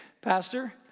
Pastor